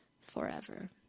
forever